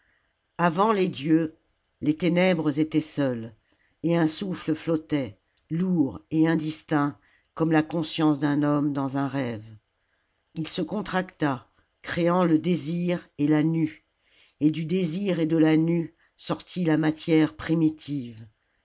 avant les dieux les ténèbres étaient seules et un souffle flottait lourd et indistinct comme la conscience d'un homme dans un rêve ii se contracta créant le désir et la nue et du désir et de la nue sortit la matière primitive